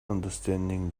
understanding